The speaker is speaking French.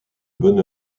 bonne